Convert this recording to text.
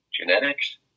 genetics